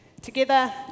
Together